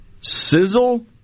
sizzle